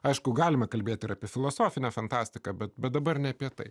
aišku galima kalbėti apie filosofine fantastika bet bet dabar ne apie tai